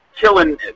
killing